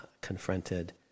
confronted